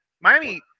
miami